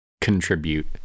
contribute